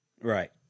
Right